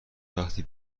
وقتی